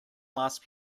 last